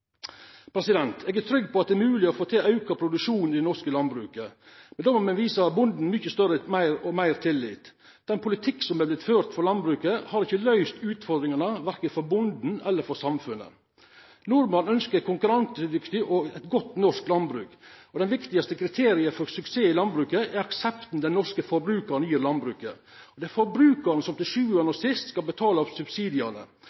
Eg er trygg på at det er mogleg å få til auka produksjon i det norske landbruket, men då må me visa bonden mykje større og meir tillit. Den politikken som har vorte ført for landbruket, har ikkje løyst utfordringane verken for bonden eller for samfunnet. Nordmenn ønskjer eit konkurransedyktig og godt norsk landbruk. Det viktigaste kriteriet for suksess i landbruket er aksepten den norske forbrukaren gir landbruket. Det er forbrukaren som til sjuande og sist skal betala subsidiane, og det er forbrukaren som til